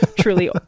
truly